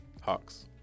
Hawks